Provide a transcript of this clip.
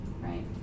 right